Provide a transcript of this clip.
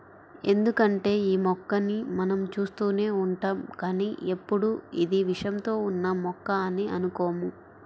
ఎందుకంటే యీ మొక్కని మనం చూస్తూనే ఉంటాం కానీ ఎప్పుడూ ఇది విషంతో ఉన్న మొక్క అని అనుకోము